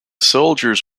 soldiers